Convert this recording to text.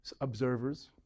observers